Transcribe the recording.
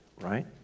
right